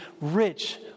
rich